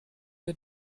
der